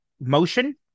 motion